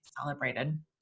celebrated